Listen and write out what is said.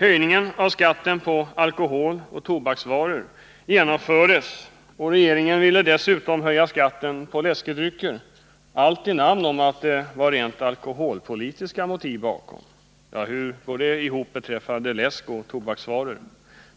Höjningarna av skatten på alkohol och tobaksvaror genomfördes, och regeringen ville dessutom höja skatten på läskedrycker, allt i namn av att det var rent alkoholpolitiska motiv bakom. Hur går det ihop beträffande läsk och tobaksvaror?